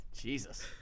Jesus